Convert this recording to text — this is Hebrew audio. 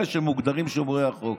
לאלה שמוגדרים שומרי החוק.